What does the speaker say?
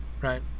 right